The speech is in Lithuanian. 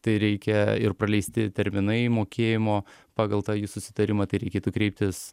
tai reikia ir praleisti terminai mokėjimo pagal tą jų susitarimą tai reikėtų kreiptis